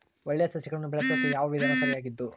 ಒಳ್ಳೆ ಸಸಿಗಳನ್ನು ಬೆಳೆಸೊಕೆ ಯಾವ ವಿಧಾನ ಸರಿಯಾಗಿದ್ದು?